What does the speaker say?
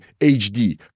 HD